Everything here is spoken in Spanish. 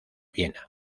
viena